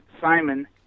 Simon